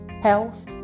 health